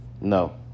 no